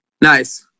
Nice